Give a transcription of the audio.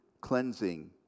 cleansing